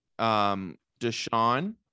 Deshaun